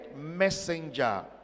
messenger